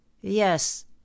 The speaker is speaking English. Yes